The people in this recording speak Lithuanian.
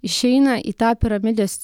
išeina į tą piramidės